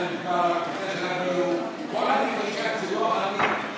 כל הציבור החרדי,